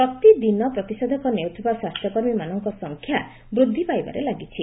ପ୍ରତିଦିନ ପ୍ରତିଷେଧକ ନେଉଥିବା ସ୍ୱାସ୍ଥ୍ୟ କର୍ମୀମାନଙ୍କ ସଂଖ୍ୟା ବୃଦ୍ଧି ପାଇବାରେ ଲାଗିଛି